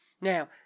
Now